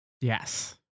Yes